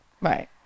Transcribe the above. Right